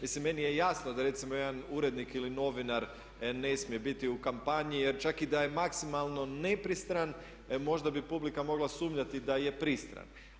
Mislim meni je jasno da recimo jedan urednik ili novinar ne smije biti u kampanji jer čak i da je maksimalno nepristran možda bi publika mogla sumnjati da je pristran.